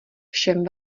všem